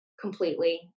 completely